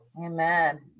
Amen